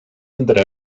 entre